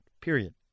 period